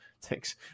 thanks